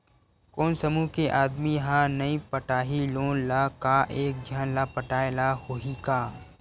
कोन समूह के आदमी हा नई पटाही लोन ला का एक झन ला पटाय ला होही का?